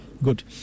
good